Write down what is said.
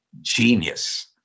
genius